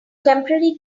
temporary